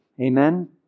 Amen